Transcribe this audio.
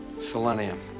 Selenium